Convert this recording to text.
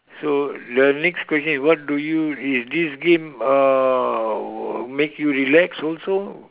so the next question is what do you is this game uh make you relax also